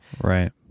Right